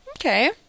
Okay